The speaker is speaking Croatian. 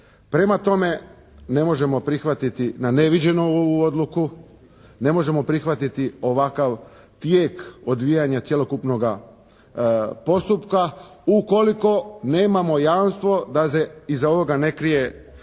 Prema tome ne možemo prihvatiti na neviđeno ovu odluku. Ne možemo prihvatiti ovakav tijek odvijanja cjelokupnoga postupka ukoliko nemamo jamstvo da se iza ovoga ne krije